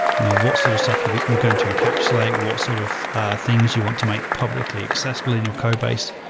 you know what sort of stuff you you can to encapsulate, what sort of things you want to make publicly accessible in your codebase.